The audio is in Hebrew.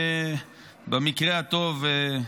במקרה הטוב,